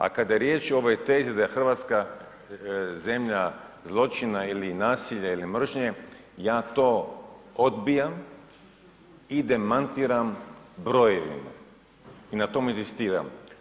A kada je riječ o ovoj tezi da je Hrvatska zemlja zločina ili nasilja ili mržnje, ja to odbijam i demantiram brojevima i na tome inzistiram.